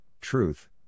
truth